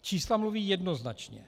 Čísla mluví jednoznačně.